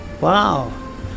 Wow